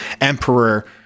emperor